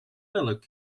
melk